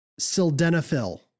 Sildenafil